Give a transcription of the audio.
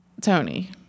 Tony